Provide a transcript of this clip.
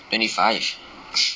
twenty five